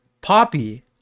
poppy